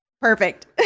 perfect